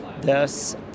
thus